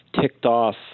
ticked-off –